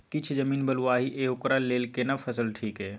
किछ जमीन बलुआही ये ओकरा लेल केना फसल ठीक ये?